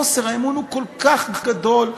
חוסר האמון הוא כל כך גדול,